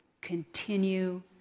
continue